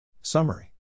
Summary